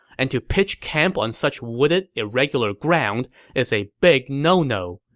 and to pitch camp on such wooded, irregular ground is a big no-no.